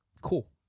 cool